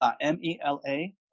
M-E-L-A